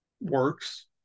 works